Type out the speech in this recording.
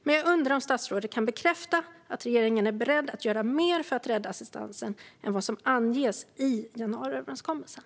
Men jag undrar om statsrådet kan bekräfta att regeringen är beredd att göra mer för att rädda assistansen än vad som anges i januariöverenskommelsen.